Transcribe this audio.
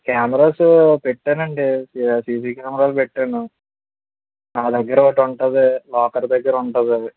cameras పెట్టానండి CC కెమెరాలు పెట్టాను నా దగ్గర ఒకటి ఉంటుంది లాకర్ దగ్గర ఉంటుంది అది